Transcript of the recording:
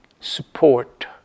support